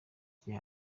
yagiye